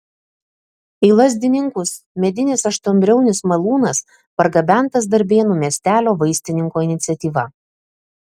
į lazdininkus medinis aštuonbriaunis malūnas pargabentas darbėnų miestelio vaistininko iniciatyva